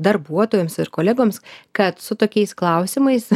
darbuotojams ir kolegoms kad su tokiais klausimais